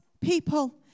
people